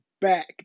back